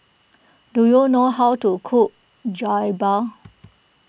do you know how to cook Jokbal